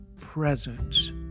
presence